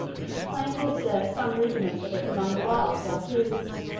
could plainly observe some rudiments of it among the wild yahoos.